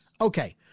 Okay